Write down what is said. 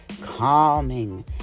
calming